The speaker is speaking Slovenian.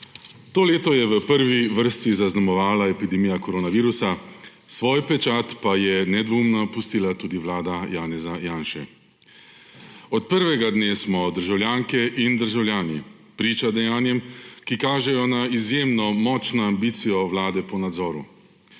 To leto je v prvi vrsti zaznamovala epidemija koronavirusa, svoj pečat pa je nedvomno pustila tudi vlada Janeza Janše. Od prvega dne smo državljanke in državljani priča dejanjem, ki kažejo na izjemno močno ambicijo vlade po nadzoru.